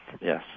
Yes